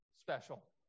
special